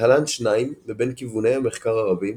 להלן שניים מבין כיווני המחקר הרבים